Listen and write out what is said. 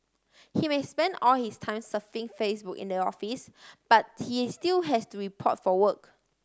he may spend all his time surfing Facebook in the office but he is still has to report for work